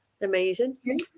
amazing